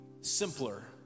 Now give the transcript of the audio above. simpler